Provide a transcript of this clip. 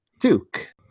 duke